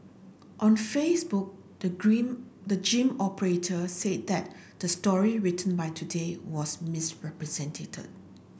on Facebook the grim the gym operator said that the story written by Today was misrepresented